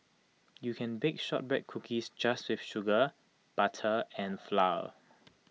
you can bake Shortbread Cookies just with sugar butter and flour